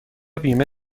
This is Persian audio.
بیمه